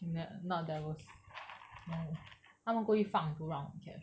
n~ not that worse no 他们故意放 to 让我们 catch